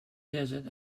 desert